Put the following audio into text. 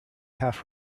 half